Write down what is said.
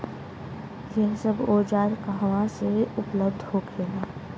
यह सब औजार कहवा से उपलब्ध होखेला?